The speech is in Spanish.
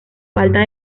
falta